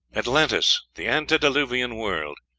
atlantis the antediluvian world.